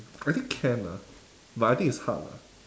I think can lah but I think it's hard lah